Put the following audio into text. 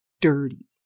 dirty